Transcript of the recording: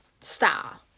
style